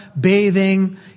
bathing